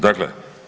Dakle.